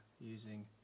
using